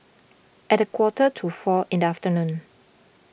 at a quarter to four in the afternoon